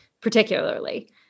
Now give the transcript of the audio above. particularly